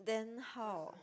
then how